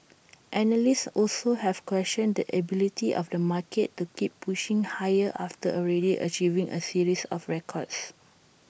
analysts also have questioned the ability of the market to keep pushing higher after already achieving A series of records